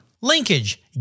Linkage